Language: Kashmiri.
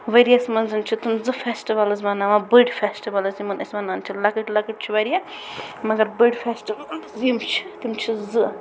ؤرِیس منٛزن چھِ تٕم زٕ فٮ۪سٹوَلٕز مناوان بٔڑۍ فٮ۪سٹوَلٕز یِمن أسۍ ونان چھٕ لۄکٕٹۍ لۄکٕٹۍ چھِ وارِیاہ مگر بٔڑۍ فٮ۪سٹوَلٕز یِم چھِ تِم چھِ زٕ